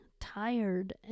tired